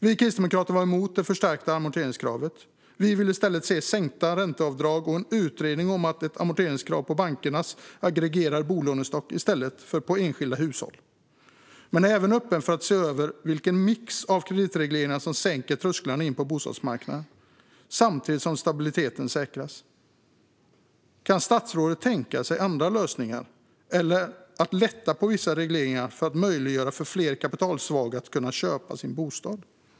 Vi kristdemokrater var emot det förstärkta amorteringskravet. Vi vill i stället se sänkta ränteavdrag och en utredning om ett amorteringskrav på bankernas aggregerade bolånestock i stället för på enskilda hushåll, men vi är även öppna för att se över vilken mix av kreditregleringar som sänker trösklarna in på bostadsmarknaden samtidigt som stabiliteten säkras. Kan statsrådet tänka sig andra lösningar eller att lätta på vissa regleringar för att möjliggöra för fler kapitalsvaga att köpa sin bostad?